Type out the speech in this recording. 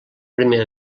primer